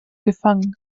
gefangen